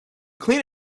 clean